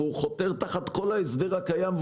והוא חותר תחת כל ההסדר הקיים,